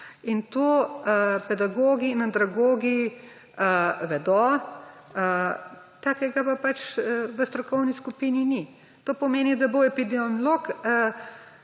To pedagogi in andragogi vedo, takega pa v strokovni skupini ni. To pomeni, da bo epidemiolog